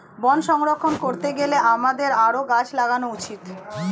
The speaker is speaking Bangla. বন সংরক্ষণ করতে গেলে আমাদের আরও গাছ লাগানো উচিত